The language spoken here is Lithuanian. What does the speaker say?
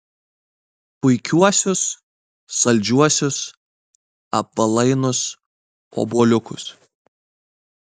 puikiuosius saldžiuosius apvalainus obuoliukus